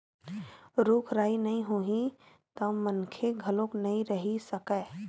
रूख राई नइ होही त मनखे घलोक नइ रहि सकय